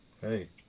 Hey